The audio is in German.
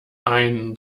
ein